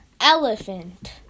Elephant